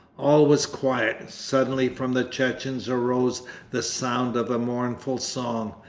all was quiet. suddenly from the chechens arose the sound of a mournful song,